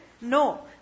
no